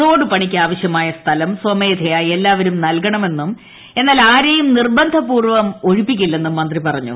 road പണിക്കാവശ്യമായ സ്ഥലം സ്വമേധയാ എല്ലാവരും നൽകണമെന്നും എന്നാൽ ആരെയും നിർബന്ധപൂർവം ഒഴിപ്പിക്കില്ലെന്നും മന്ത്രി പറഞ്ഞു